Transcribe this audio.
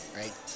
right